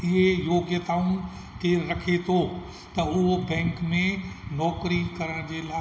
इहे योग्यताऊं केरु रखे थो त उहो बैंक में नौकिरी करण जे लाइ